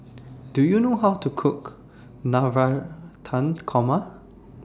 Do YOU know How to Cook Navratan Korma